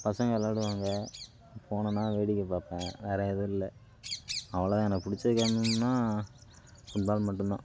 பசங்க விளாடுவாங்க போனன்னா வேடிக்கை பார்ப்பேன் வேற எதுவும் இல்லை அவ்வளோ தான் எனக்கு பிடிச்ச கேம்ன்னா ஃபுட்பால் மட்டுந்தான்